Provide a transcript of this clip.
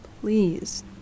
Please